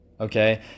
Okay